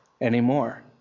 anymore